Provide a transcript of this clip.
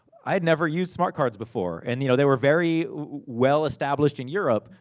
i'd never used smart cards before. and, you know they were very well established in europe,